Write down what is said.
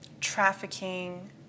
trafficking